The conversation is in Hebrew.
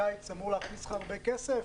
הקיץ אמור להכניס לך הרבה כסף,